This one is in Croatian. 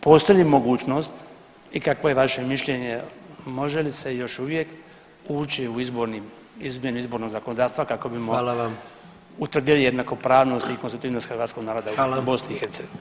Postoji li mogućnost i kakvo je vaše mišljenje može li se još uvijek ući u izborni, izmjene izbornog zakonodavstva kako bimo [[Upadica: Hvala vam.]] utvrdili jednakopravnost i konstitutivnost hrvatskog naroda u BiH.